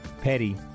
Petty